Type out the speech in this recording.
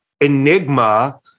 enigma